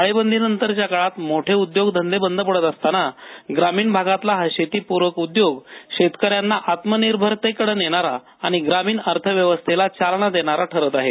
टाळेबंदी नंतरच्या काळात मोठे उद्योगधंदे बंद पडत असताना ग्रामीण भागातला हा शेतीपूरक उद्योग शेतकऱ्यांना आत्मनिर्भर ते कडे नेणारा आणि ग्रामीण अर्थव्यवस्थेला चालना देणारा ठरत आहे